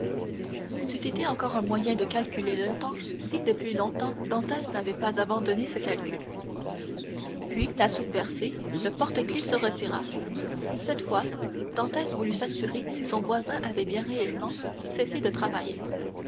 ç'eût été encore un moyen de calculer le temps si depuis longtemps dantès n'avait pas abandonné ce calcul puis la soupe versée le porte-clefs se retira cette fois dantès voulut s'assurer si son voisin avait bien réellement cessé de travailler